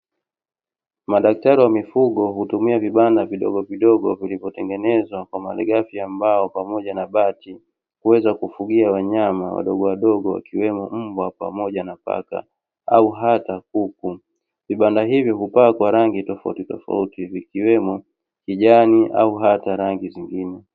Madaktari wa mifugo hutumia vibanda vidogo vidogo, vilivyotengenezwa kwa mali ghafi ya mbao pamoja na bati kuweza kufugia wanyama wadogo wadogo wakiwemo mbwa pamoja na paka au hata kuku, vibanda hivyo hupakwa rangi tofauti tofauti ikiwemo kijani au hata rangi zingine.